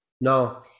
No